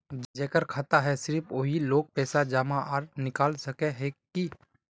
जेकर खाता है सिर्फ वही लोग पैसा जमा आर निकाल सके है की?